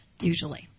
usually